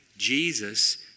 Jesus